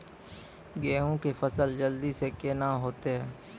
गेहूँ के फसल जल्दी से के ना होते?